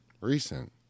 Recent